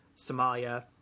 Somalia